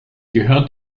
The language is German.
gehört